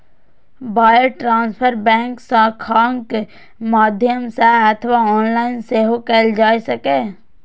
wire transfer bank शाखाक माध्यम सं अथवा ऑनलाइन सेहो कैल जा सकैए